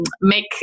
make